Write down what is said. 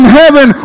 heaven